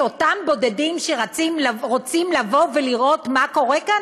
את אותם בודדים שרוצים לבוא ולראות מה קורה כאן?